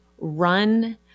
run